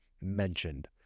mentioned